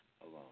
alone